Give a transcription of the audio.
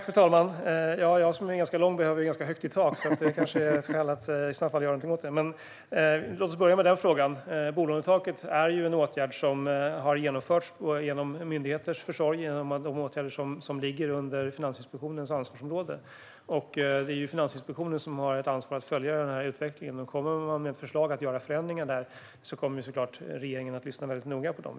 Fru talman! Jag som är ganska lång behöver ganska högt i tak. Det kanske i så fall skulle vara ett skäl för att göra något åt det. Låt oss börja med den frågan. Bolånetaket är en åtgärd som har genomförts genom myndigheters försorg, genom de åtgärder som ligger under Finansinspektionens ansvarsområde. Det är Finansinspektionen som har ansvar för att följa utvecklingen. Om man kommer med förslag om förändringar där kommer regeringen såklart att lyssna noga på dem.